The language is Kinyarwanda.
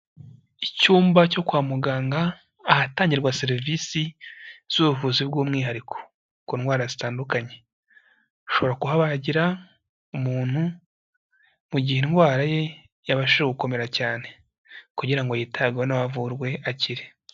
Icyumba cyo kwa muganga ahatangirwa serivisi z'ubuvuzi bw'umwihariko ku ndwara zitandukanye, ushobora kuhabagira umuntu mu gihe indwara ye yabashije gukomera cyane kugira ngo yitabweho nawe avurwe akire.